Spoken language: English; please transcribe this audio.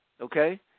Okay